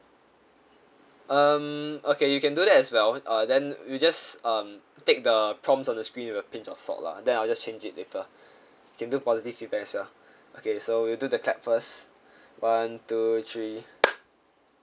um okay you can do that as well uh then we just um take the prompts on the screen with a pinch of salt lah then I'll just change it later we can do positive feedback as well okay so we'll do the clap first one two three